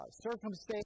circumstances